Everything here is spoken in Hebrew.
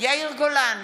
יאיר גולן,